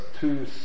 two